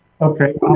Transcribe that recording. Okay